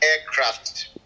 aircraft